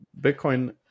Bitcoin